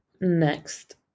next